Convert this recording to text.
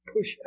push